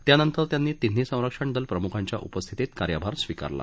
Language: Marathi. त्यानंतर त्यांनी तिन्ही संरक्षण दल प्रमुखांच्या उपस्थितीत कार्यभार स्वीकारला